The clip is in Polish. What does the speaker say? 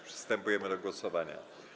Przystępujemy do głosowania.